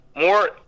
more